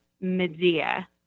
Medea